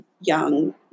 young